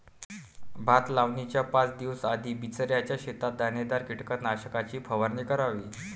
भात लावणीच्या पाच दिवस आधी बिचऱ्याच्या शेतात दाणेदार कीटकनाशकाची फवारणी करावी